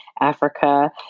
Africa